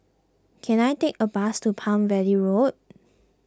can I take a bus to Palm Valley Road